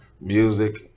music